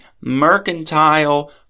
mercantile